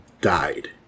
died